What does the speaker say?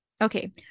okay